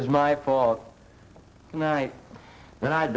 was my fault tonight and i